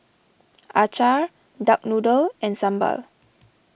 Acar Duck Noodle and Sambal